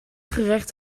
gerecht